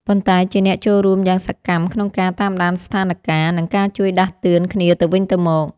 ប៉ុន្តែជាអ្នកចូលរួមយ៉ាងសកម្មក្នុងការតាមដានស្ថានការណ៍ និងការជួយដាស់តឿនគ្នាទៅវិញទៅមក។